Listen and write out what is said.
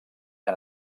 han